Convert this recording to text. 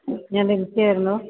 ഞാൻ ബിൻസി ആയിരുന്നു